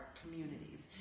communities